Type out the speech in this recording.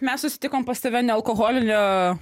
mes susitikom pas tave nealkoholinio